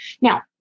Now